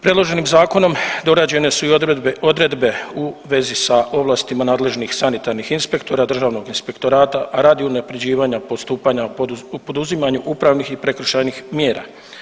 Predloženim zakonom dorađene su i odredbe u vezi sa ovlastima nadležnih sanitarnih inspektora Državnog inspektorata, a radi unapređivanja postupanja u poduzimanju upravnih i prekršajnih mjera.